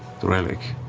the relic?